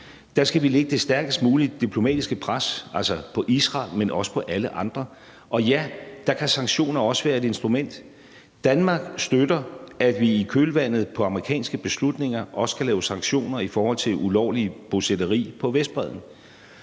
Der skal vi lægge det stærkest mulige diplomatiske pres, altså på Israel, men også på alle andre. Og ja, der kan sanktioner også være et instrument. Danmark støtter, at vi i kølvandet på amerikanske beslutninger også kan lave sanktioner i forhold til ulovligt bosætteri på Vestbredden.